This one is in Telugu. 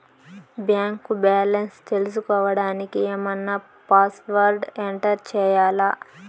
బ్యాంకు బ్యాలెన్స్ తెలుసుకోవడానికి ఏమన్నా పాస్వర్డ్ ఎంటర్ చేయాలా?